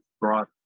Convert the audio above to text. brought